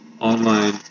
online